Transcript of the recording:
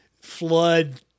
flood